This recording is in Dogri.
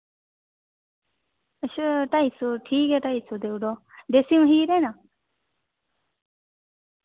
अच्छा ढाई सौ ठीक ऐ ढाई सौ देउड़ो देसी मखीर ऐ ना